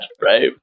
right